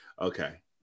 Okay